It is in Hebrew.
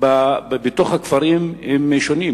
בתוך הכפרים הן שונות.